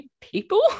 people